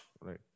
Right